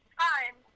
fine